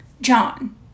John